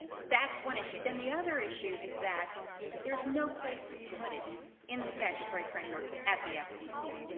that's one issue. then the other issue is that there's no place to put it in the statutory framework at the fcc.